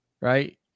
right